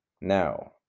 Now